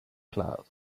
cloud